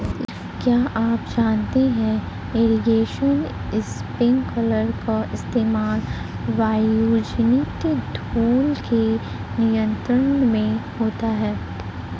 क्या आप जानते है इरीगेशन स्पिंकलर का इस्तेमाल वायुजनित धूल के नियंत्रण में होता है?